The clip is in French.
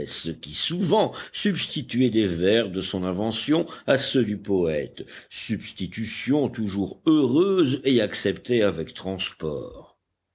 qui souvent substituait des vers de son invention à ceux du poëte substitution toujours heureuse et acceptée avec transport